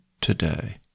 today